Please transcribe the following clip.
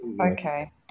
okay